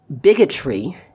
bigotry